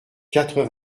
quatre